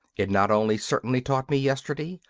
it not only certainly taught me yesterday,